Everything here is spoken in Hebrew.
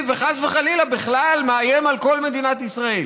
וחס וחלילה מאיים בכלל על כל מדינת ישראל.